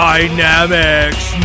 Dynamics